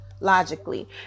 logically